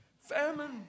famine